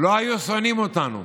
לא היו שונאים אותנו,